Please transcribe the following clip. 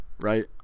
Right